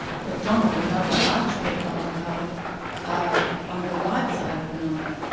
but donald and other artist paedophiles in bali are on the light side of penumbra.